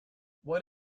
what